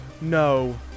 no